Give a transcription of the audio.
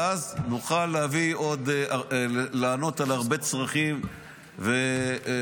ואז נוכל לענות על הרבה צרכים והרבה